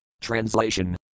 Translation